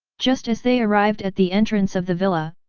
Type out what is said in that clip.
just as they arrived at the entrance of the villa,